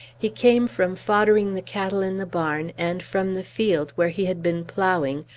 he came from foddering the cattle in the barn, and from the field, where he had been ploughing,